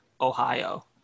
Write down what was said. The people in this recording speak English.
ohio